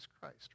Christ